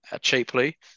cheaply